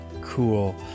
Cool